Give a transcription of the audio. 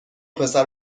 پسر